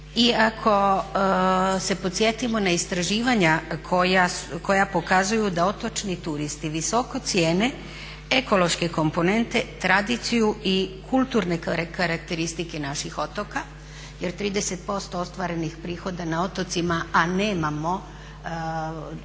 ako se podsjetimo na istraživanja koja pokazuju da otočni turisti visoko cijene ekološke komponente, tradiciju i kulturne karakteristike naših otoka jer 30% ostvarenih prihoda na otocima, a nemamo